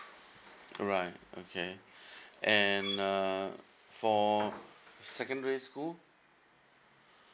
alright okay and uh for secondary school